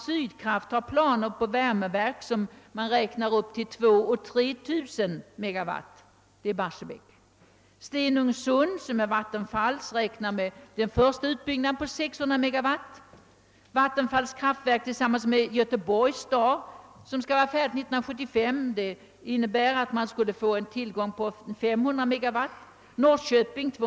Sydkraft har planer på ett värmeverk i Barsebäck, som man räknar med skall få en effekt på upp till 2000 å 3 000 MW. Stenungsundsverket, som ägs av vattenfallsverket, har nu en effekt på ungefär 600 MW. Vattenfallsverket planerar i samarbete med Göteborgs stad ett kraftvärmeverk på 500 MW 1975 och tillsammans med Norrköping ett på 230 MW.